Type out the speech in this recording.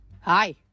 hi